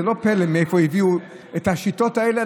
זה לא פלא מאיפה הביאו את השיטות האלה.